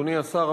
אדוני השר,